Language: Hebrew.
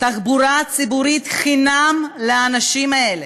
תחבורה ציבורית חינם לאנשים האלה.